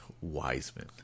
Wiseman